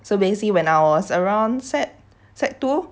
so basically when I around sec sec two